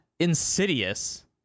Insidious